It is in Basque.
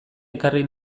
ekarri